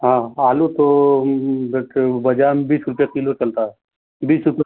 हाँ आलू तो जैसे वह बाज़ार में बीस रुपये किलो चलता है बीस रुपये